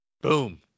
Boom